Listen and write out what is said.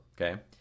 okay